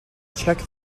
check